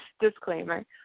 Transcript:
Disclaimer